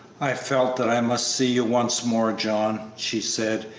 i felt that i must see you once more, john, she said,